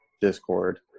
Discord